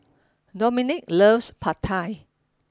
Domenic loves Pad Thai